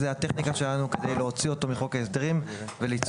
זוהי הטכניקה שלנו כדי להוציא אותו מחוק ההסדרים וליצור